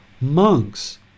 Monks